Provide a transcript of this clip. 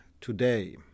today